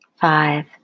five